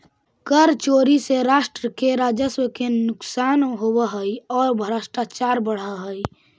कर चोरी से राष्ट्र के राजस्व के नुकसान होवऽ हई औ भ्रष्टाचार बढ़ऽ हई